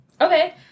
Okay